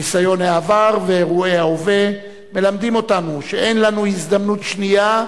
ניסיון העבר ואירועי ההווה מלמדים אותנו שאין לנו הזדמנות שנייה,